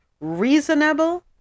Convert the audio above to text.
reasonable